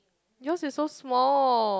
yours is so small